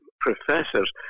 professors